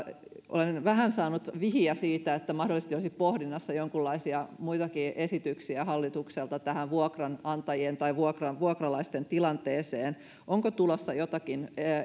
olen vähän saanut vihiä siitä että mahdollisesti olisi pohdinnassa jonkunlaisia muitakin esityksiä hallitukselta tähän vuokranantajien tai vuokralaisten tilanteeseen niin onko tulossa joitakin